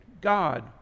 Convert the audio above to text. God